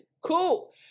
Cool